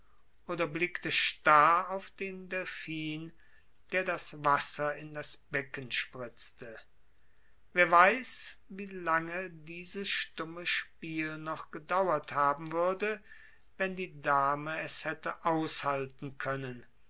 oder blickte starr auf den delphin der das wasser in das becken spritzte wer weiß wie lange dieses stumme spiel noch gedauert haben würde wenn die dame es hätte aushalten können